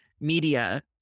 media